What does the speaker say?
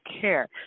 care